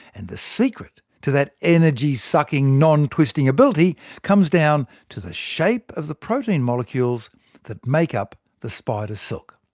and the secret to that energy-sucking, non-twisting ability comes down to the shape of the protein molecules that make up the spider's silk.